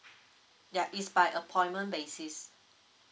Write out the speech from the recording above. ya is by appointment basis